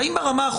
האם ברמה התיאורטית